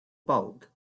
bulk